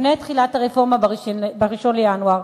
לפני תחילת הרפורמה ב-1 בינואר,